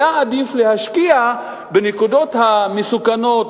להשקיע בנקודות המסוכנות,